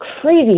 crazy